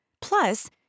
Plus